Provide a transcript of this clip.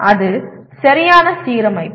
அது சரியான சீரமைப்பு